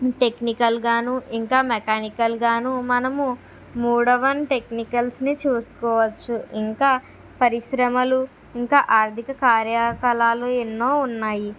టెక్నికల్గాను ఇంకా మెకానికల్గాను మనము మూడవ టెక్నికల్స్ని చూసుకోవచ్చు ఇంకా పరిశ్రమలు ఇంకా ఆర్థిక కార్యకలాలు ఎన్నో ఉన్నాయి